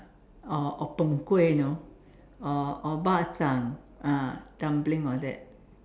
or or png-kueh you know or or bak-zhang ah dumpling all that